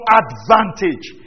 advantage